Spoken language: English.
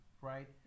right